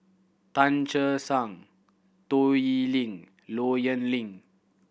Tan Che Sang Toh Yiling Low Yen Ling